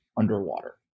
underwater